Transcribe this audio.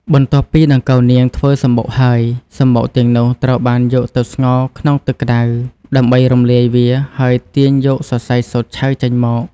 បន្ទាប់ពីដង្កូវនាងធ្វើសម្បុកហើយ សម្បុកទាំងនោះត្រូវបានយកទៅស្ងោរក្នុងទឹកក្តៅ ដើម្បីរំលាយវា ហើយទាញយកសរសៃសូត្រឆៅចេញមក។